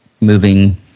moving